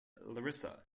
larissa